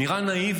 נראה נאיבי.